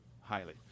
Highly